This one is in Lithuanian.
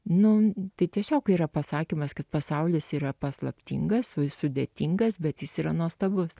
nu tai tiesiog yra pasakymas kad pasaulis yra paslaptingas sudėtingas bet jis yra nuostabus